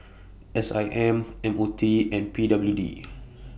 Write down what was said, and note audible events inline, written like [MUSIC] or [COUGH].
[NOISE] S I M M O T and P W D [NOISE]